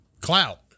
clout